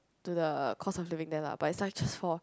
to the cost of living there lah but it's like just for